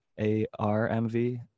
ARMV